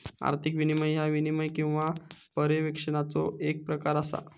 आर्थिक नियमन ह्या नियमन किंवा पर्यवेक्षणाचो येक प्रकार असा